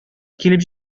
килеп